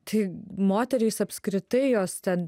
tai moterys apskritai jos ten